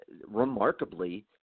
remarkably